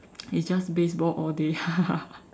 it's just baseball all day